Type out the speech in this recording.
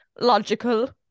logical